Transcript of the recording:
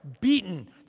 beaten